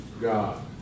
God